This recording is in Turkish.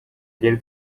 geri